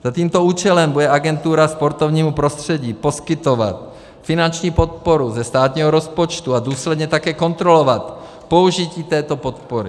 Za tímto účelem bude agentura sportovnímu prostředí poskytovat finanční podporu ze státního rozpočtu a důsledně také kontrolovat použití této podpory.